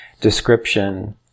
description